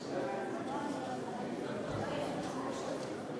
של חבר הכנסת יואל רזבוזוב וקבוצת חברי הכנסת: